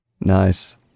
Nice